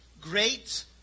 great